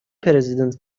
پرزیدنت